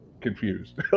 confused